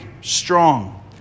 strong